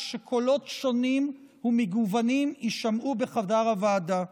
שקולות שונים ומגוונים יישמעו בחדר הוועדה.